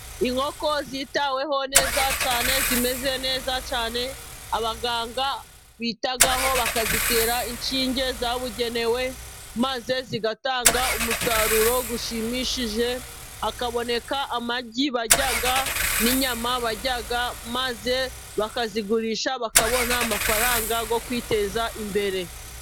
Inkoko zitaweho neza cyane, zimeze neza cyane, abaganga bitaho bakazitera inshinge zabugenewe, maze zigatanga umusaruro ushimishije, hakaboneka amagi barya, n'inyama barya, maze bakazigurisha bakabona amafaranga yo kwiteza imbere.